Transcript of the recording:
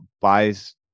buys